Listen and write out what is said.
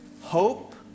hope